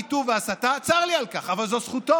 קיטוב והסתה, צר לי על כך, אבל זו זכותו,